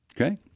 Okay